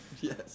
Yes